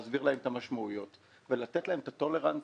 להסביר להם את המשמעויות ולתת להם את האיזון